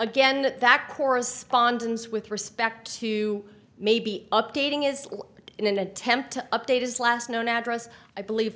again and that correspondence with respect to maybe updating is in an attempt to update his last known address i believe